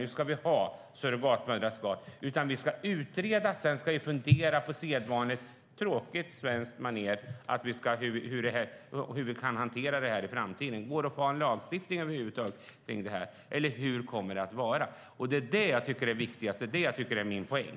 Nu ska vi ha surrogatmoderskap. Vi ska utreda och fundera. Sedan ska vi på sedvanligt tråkigt svenskt manér bestämma hur vi kan hantera det i framtiden. Går det över huvud taget att få en lagstiftning om det, eller hur kommer det att vara? Det är det viktigaste och min poäng.